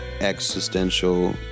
existential